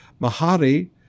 Mahari